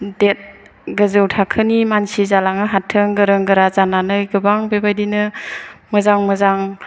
गोजौ थाखोनि मानसि जालांनो हाथों गोरों गोरा जानानै बेबायदिनो मोजां मोजां